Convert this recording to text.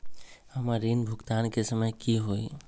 हमर ऋण भुगतान के समय कि होई?